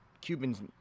Cubans